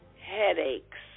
headaches